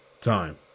time